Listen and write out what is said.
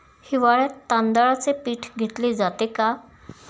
हिवाळ्यात तांदळाचे पीक घेतले जाते का?